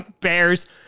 bears